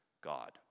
God